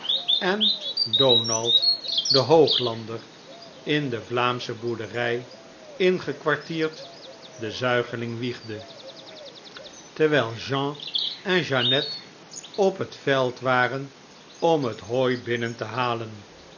en donald de hooglander in de vlaamsche boerderij ingekwartierd den zuigeling wiegde terwijl jean en jeanette op het veld waren om het hooi binnen te halen